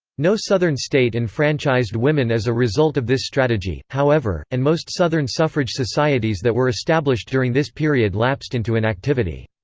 no southern state enfranchised women as a result of this strategy, however, and most southern suffrage societies that were established during this period lapsed into inactivity.